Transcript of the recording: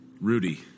Rudy